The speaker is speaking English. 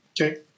Okay